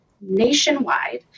nationwide